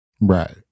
right